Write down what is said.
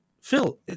Phil